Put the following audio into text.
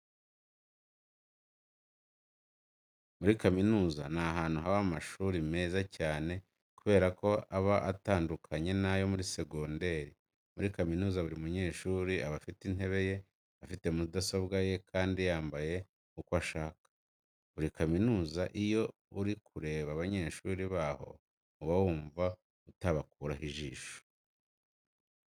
Muri kaminuza ni ahantu haba amashuri meza cyane kubera ko aba atanduknaye n'ayo muri segonderi. Muri kaminuza buri munyeshuri aba afite intebe ye, afite mudasobwa ye kandi yambaye uko ashaka. Muri kaminuza iyo uri kureba abanyeshuri baho uba wumva utabakuraho ijisho.